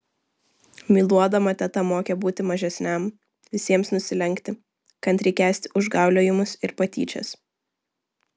myluodama teta mokė būti mažesniam visiems nusilenkti kantriai kęsti užgauliojimus ir patyčias